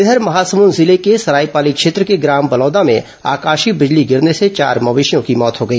इधर महासमुंद जिले के सरायपाली क्षेत्र के ग्राम बलौदा में आकाशीय बिजली गिरने की चार मवेशियों की मौत हो गई